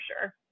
sure